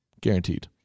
guaranteed